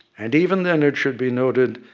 and, even then, it should be noted,